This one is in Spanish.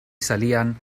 salían